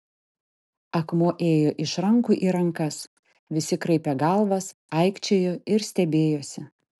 akmuo ėjo iš rankų į rankas visi kraipė galvas aikčiojo ir stebėjosi